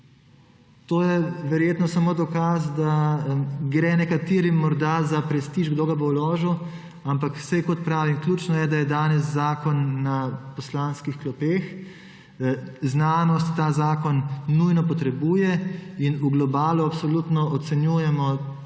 To je verjetno samo dokaz, da gre nekaterim morda za prestiž, kdo ga bo vložil, ampak saj, kot pravim, ključno je, da je danes zakon na poslanskih klopeh. Znanost ta zakon nujno potrebuje in v globalu absolutno ocenjujemo